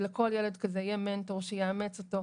שלכל ילד כזה יהיה מנטור שיאמץ אותו,